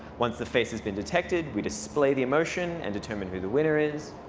once the face has been detected, we display the emotion and determine who the winner is.